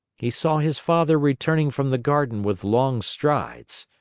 he saw his father returning from the garden with long strides.